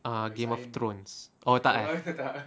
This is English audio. (uh huh) game of thrones oh tak eh